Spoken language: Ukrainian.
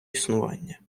існування